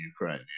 ukraine